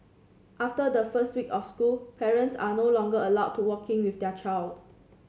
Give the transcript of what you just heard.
after the first week of school parents are no longer allowed to walk in with their child